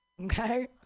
okay